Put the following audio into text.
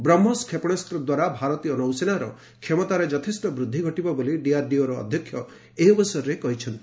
ବ୍ରହ୍ମୋସ୍ କ୍ଷେପଶାସ୍ତ୍ର ଦ୍ୱାରା ଭାରତୀୟ ନୌସେନାର କ୍ଷମତାରେ ଯଥେଷ୍ଟ ବୃଦ୍ଧି ଘଟିବ ବୋଲି ଡିଆର୍ଡିଓ ଅଧ୍ୟକ୍ଷ ଏହି ଅବସରରେ କହିଛନ୍ତି